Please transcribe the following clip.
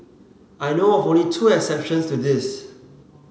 I know of only two exceptions to this